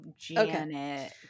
Janet